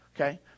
okay